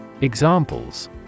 Examples